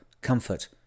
comfort